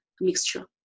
mixture